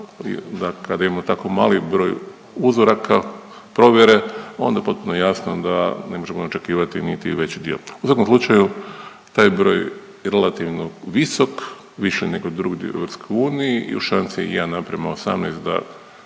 da kada imamo tako mali broj uzoraka provjere onda je potpuno jasno da ne možemo očekivati niti veći dio. U svakom slučaju taj broj je relativno visok, viši nego drugdje u EU i u šansi 1:18 da